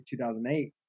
2008